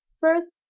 first